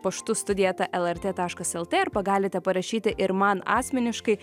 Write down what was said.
paštu studija eta lrt taškas lt arba galite parašyti ir man asmeniškai